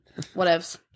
Whatevs